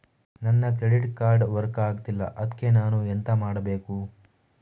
ನನ್ನ credit card work ಆಗ್ತಿಲ್ಲ ಅದ್ಕೆ ನಾನು ಎಂತ ಮಾಡಬೇಕು?